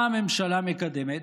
מה הממשלה מקדמת?